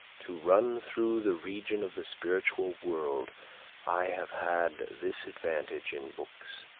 to run through the region of the spiritual world i have had this advantage in books.